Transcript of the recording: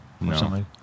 No